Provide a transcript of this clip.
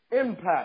impact